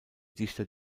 dichter